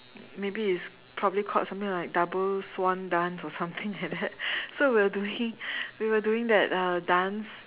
maybe it's probably called something like double swan dance or something like that so we were doing we were doing that uh dance